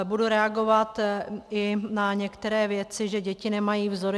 Budu reagovat i na některé věci, že děti nemají vzory.